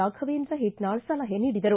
ರಾಫವೇಂದ್ರ ಹಿಟ್ನಾಳ ಸಲಹೆ ನೀಡಿದರು